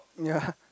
yea